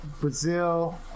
Brazil